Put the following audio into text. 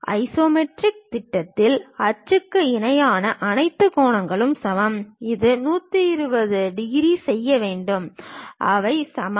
isometric திட்டத்தில் அச்சுக்கு இடையிலான அனைத்து கோணங்களும் சமம் இது 120 டிகிரி செய்ய வேண்டும் அவை சமம்